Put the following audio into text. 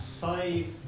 Five